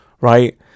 right